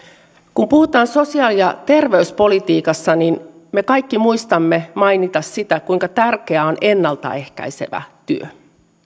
kun puhutaan sosiaali ja terveyspolitiikasta me kaikki muistamme mainita kuinka tärkeää on ennalta ehkäisevä työ